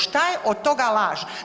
Šta je od toga laž?